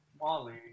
Wally